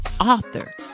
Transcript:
author